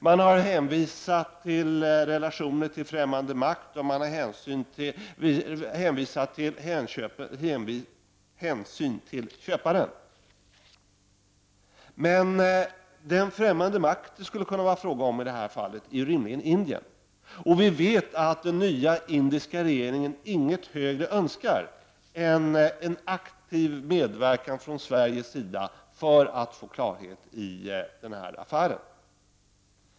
Man har hänvisat till relationerna till en fträmmande makt och till hänsyn till köparen. Den främmande makt som det skulle kunna vara fråga om i det här fallet är rimligen Indien. Vi vet att den nya indiska regeringen inget högre önskar än en aktiv medverkan från Sveriges sida för att få klarhet i den här affären.